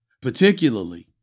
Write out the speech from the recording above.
particularly